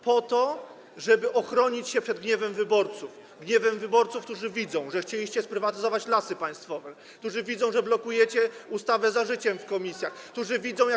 Po to, żeby ochronić się przed gniewem wyborców, którzy widzą, że chcieliście sprywatyzować Lasy Państwowe, którzy widzą, że blokujecie ustawę „Za życiem” w komisjach, którzy widzą, jak.